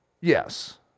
yes